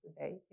today